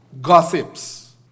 Gossips